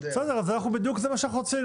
בסדר, זה בדיוק מה שאנחנו רוצים.